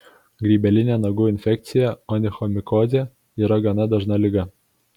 grybelinė nagų infekcija onichomikozė yra gana dažna liga